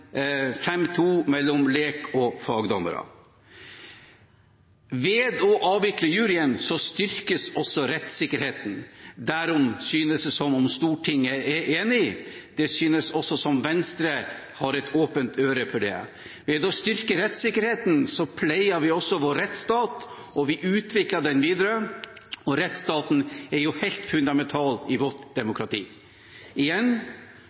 og to fagdommere. Ved å avvikle juryen styrkes også rettssikkerheten, derom synes det som Stortinget er enig. Det synes også som Venstre har et åpent øre for det. Ved å styrke rettssikkerheten pleier vi vår rettsstat, og vi utvikler den videre – og rettsstaten er jo helt fundamental i vårt demokrati. Igjen: